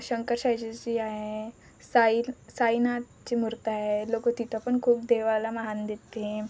शंकर शैजीची आहे साई साईनाथची मूर्त आहे लोकं तिथं पण खूप देवाला मान देते